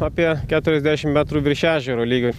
apie keturiasdešimt metrų virš ežero lygio